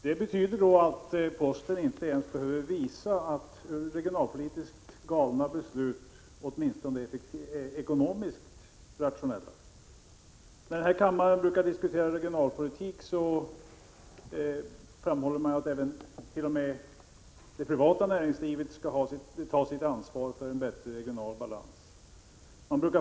Herr talman! Det betyder då att posten inte ens behöver visa att regionalpolitiskt galna beslut åtminstone är ekonomiskt rationella. När den här kammaren diskuterar regionalpolitik, brukar det framhållas att t.o.m. det privata näringslivet skall ta sitt ansvar för en bättre regional balans.